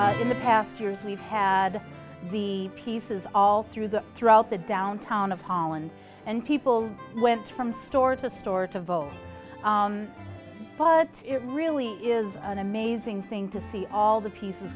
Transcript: look in the past years we've had the pieces all through the throughout the downtown of holland and people went from store to store to vote but it really is an amazing thing to see all the pieces